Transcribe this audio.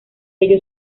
ello